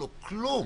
לא כלום,